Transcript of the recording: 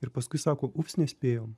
ir paskui sako ups nespėjom